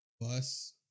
bus